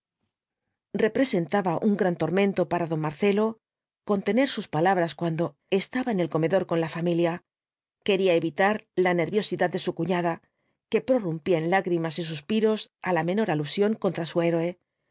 representaba un gran tormento para don marcelo contener sus palabras cuando estaba en el comedor con la familia quería evitar la nerviosidad de su cuñada que prorrumpía en lágrimas y suspiros á la menor alusión contra su héroe